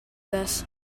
this